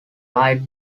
light